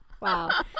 Wow